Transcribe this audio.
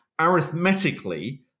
arithmetically